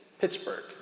Pittsburgh